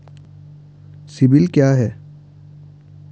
CIBIL क्या है?